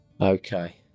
Okay